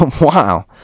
Wow